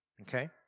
okay